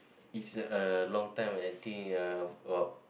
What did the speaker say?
is a long time I think uh about